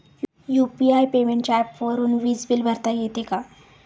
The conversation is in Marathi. यु.पी.आय पेमेंटच्या ऍपवरुन वीज बिल भरता येते का?